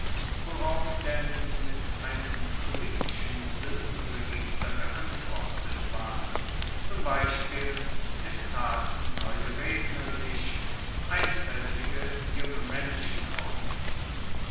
worauf denn mit einem politischen suendenregister geantwortet ward zum beispiel es taten neue redner sich einfaeltige junge menschen auf